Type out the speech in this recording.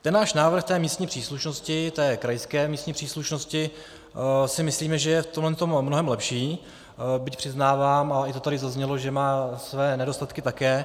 Ten náš návrh místní příslušnosti, té krajské místní příslušnosti, si myslíme, že je v tomhle mnohem lepší, byť přiznávám, a i to tady zaznělo, že má své nedostatky také.